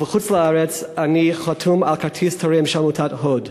ובחוץ-לארץ אני חתום על כרטיס תורם של עמותת "הוד".